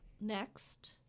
next